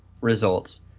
results